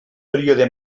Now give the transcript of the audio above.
període